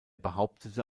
behauptete